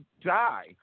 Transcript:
die